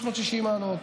360 מעלות,